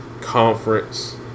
Conference